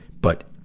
but,